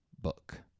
Book